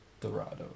Dorado